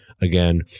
again